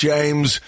James